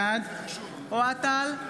בעד אוהד טל,